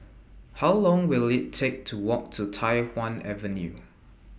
How Long Will IT Take to Walk to Tai Hwan Avenue